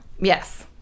Yes